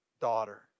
daughter